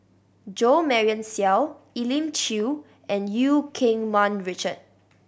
Jo Marion Seow Elim Chew and Eu Keng Mun Richard